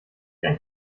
ein